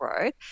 road